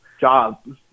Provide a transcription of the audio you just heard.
job